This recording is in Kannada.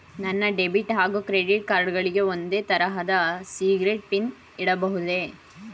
ನನ್ನ ಡೆಬಿಟ್ ಹಾಗೂ ಕ್ರೆಡಿಟ್ ಕಾರ್ಡ್ ಗಳಿಗೆ ಒಂದೇ ತರಹದ ಸೀಕ್ರೇಟ್ ಪಿನ್ ಇಡಬಹುದೇ?